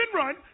run